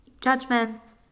judgments